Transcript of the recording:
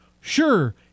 Sure